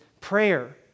prayer